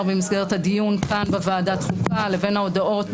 במסגרת הדיון כאן בוועדת החוקה לבין ההודעה